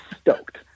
stoked